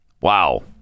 Wow